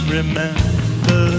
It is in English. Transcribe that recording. remember